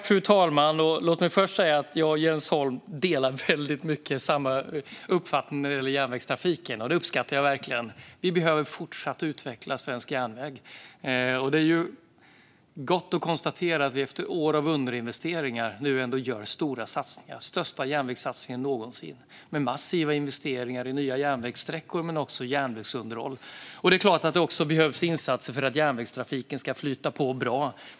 Fru talman! Låt mig först säga att jag och Jens Holm väldigt mycket delar samma uppfattning när det gäller järnvägstrafiken, och det uppskattar jag verkligen. Vi behöver fortsätta att utveckla svensk järnväg. Det är gott att konstatera att vi efter år av underinvesteringar nu ändå gör stora satsningar. Det är den största järnvägssatsningen någonsin, med massiva investeringar i nya järnvägssträckor men också järnvägsunderhåll. Det är klart att det behövs insatser för att järnvägstrafiken ska flyta på bra.